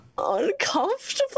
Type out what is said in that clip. Uncomfortable